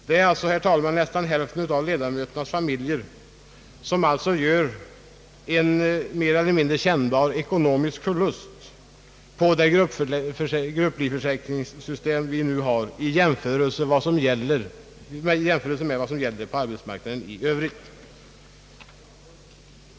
Det är således nästan hälften av ledamöternas familjer, som gör en mer eller mindre kännbar ekonomisk förlust med den grupplivförsäkring som vi nu har jämfört med vad som gäller på arbetsmarknaden i övrigt.